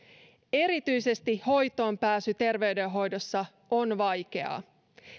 erityisesti hoitoonpääsy terveydenhoidossa on vaikeaa